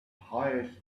hires